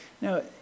Now